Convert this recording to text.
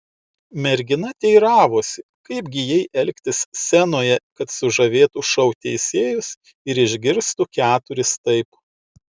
mergina teiravosi kaip gi jai elgtis scenoje kad sužavėtų šou teisėjus ir išgirstų keturis taip